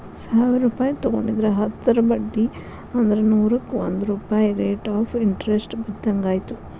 ಸಾವಿರ್ ರೂಪಾಯಿ ತೊಗೊಂಡಿದ್ರ ಹತ್ತರ ಬಡ್ಡಿ ಅಂದ್ರ ನೂರುಕ್ಕಾ ಒಂದ್ ರೂಪಾಯ್ ರೇಟ್ ಆಫ್ ಇಂಟರೆಸ್ಟ್ ಬಿದ್ದಂಗಾಯತು